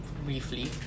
Briefly